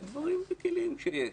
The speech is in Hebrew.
אלא דברים רגילים שיש.